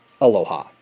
Aloha